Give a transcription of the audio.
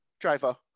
driver